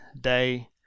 day